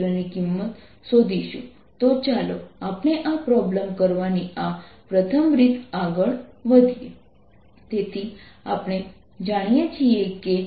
M0 B0 તેથી આ problem number 4 નો જવાબ છે